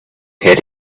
head